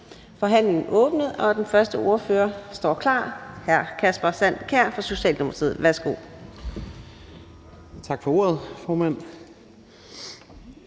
Forhandlingen er åbnet, og den første ordfører står klar. Det er hr. Kasper Sand Kjær fra Socialdemokratiet. Værsgo. Kl. 13:23 (Ordfører)